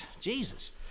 Jesus